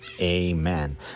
amen